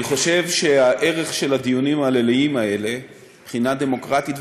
אני חושב שהערך של הדיונים הליליים האלה מבחינה דמוקרטית,